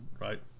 right